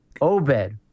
Obed